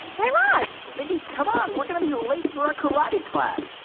guy raz mindy, come on. we're going to be late for our karate class